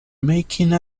making